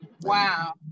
Wow